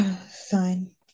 Fine